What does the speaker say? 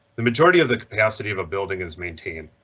the majority of the capacity of a building is maintained.